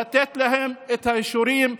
לתת להם את האישורים,